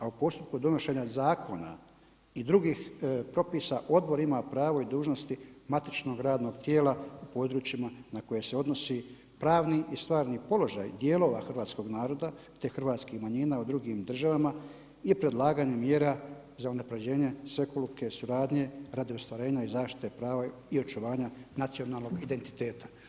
A u postupku donošenja zakona i drugih propisa odbor ima pravo i dužnosti matičnog radnog tijela u područjima na koje se odnosi pravni i stvarni položaj dijelova hrvatskoga naroda te hrvatskih manjina u drugim državama i predlaganje mjera za unapređenje svekolike suradnje radi ostvarenja i zaštite prava i očuvanja nacionalnog identiteta.